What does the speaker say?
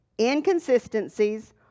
inconsistencies